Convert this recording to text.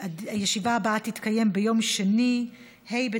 הישיבה הבאה תתקיים ביום שני, ה'